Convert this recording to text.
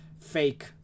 fake